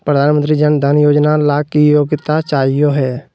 प्रधानमंत्री जन धन योजना ला की योग्यता चाहियो हे?